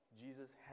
Jesus